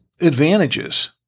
advantages